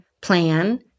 plan